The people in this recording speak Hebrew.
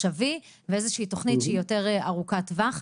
עכשווי ואיזושהי תוכנית שהיא יותר ארוכת טווח.